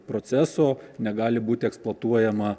proceso negali būti eksploatuojama